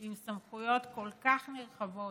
עם סמכויות כל כך נרחבות